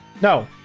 No